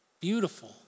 beautiful